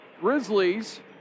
Grizzlies